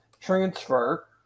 transfer